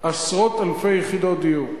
עשרות אלפי יחידות דיור.